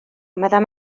meddai